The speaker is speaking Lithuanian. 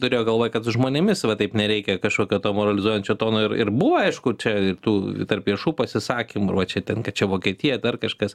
turėjo galvoj kad žmonėmis va taip nereikia kažkokio to moralizuojančio tono ir ir buvo aišku čia ir tų tarp viešų pasisakymų čia tenka čia vokietija dar kažkas